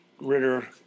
Ritter